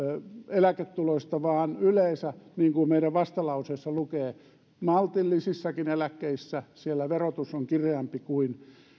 eläketuloista vaan yleensä niin kuin meidän vastalauseessamme lukee maltillisissakin eläkkeissä verotus on kireämpi kuin